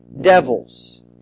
devils